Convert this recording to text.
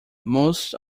most